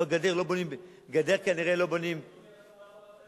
הממשלה הזאת לא עשתה כלום.